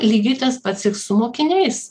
lygiai tas pats ir su mokiniais